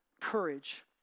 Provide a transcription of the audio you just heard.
courage